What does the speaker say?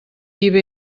ibm